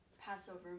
Passover